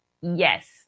Yes